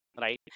right